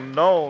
no